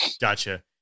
Gotcha